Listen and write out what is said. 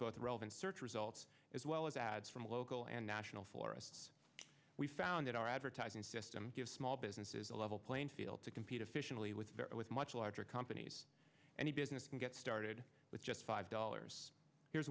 both relevant search results as well as ads from local and national forests we found that our advertising system give small businesses a level playing field to compete efficiently with with much larger companies and a business can get started with just five dollars here's